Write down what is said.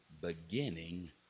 beginning